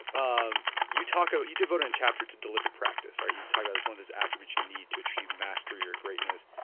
um you talk on, you devote a and chapter to deliberate practice right. you talk about that's one of those attributes you need to achieve master your greatness.